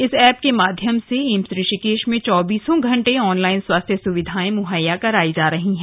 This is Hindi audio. इस एप के माध्यम से एम्स ऋषिकेश में चौबीसों घंटें ऑनलाइन स्वास्थ्य सुविधाएं मुहैया करायी जा रही है